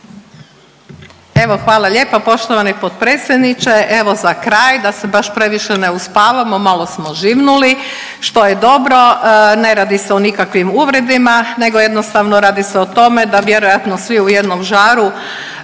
Evo hvala lijepa poštovani potpredsjedniče. Evo za kraj da se baš previše ne uspavamo malo smo živnuli što je dobro. Ne radi se o nikakvim uvredama, nego jednostavno radi se o tome da vjerojatno svi u jednom žaru